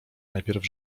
najpierw